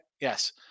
Yes